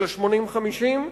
של ה-50:80.